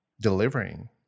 delivering